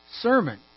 sermon